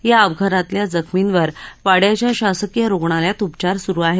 या अपघातातल्या जखमींवर वाङ्याच्या शासकीय रुणालयात उपचार सुरू आहेत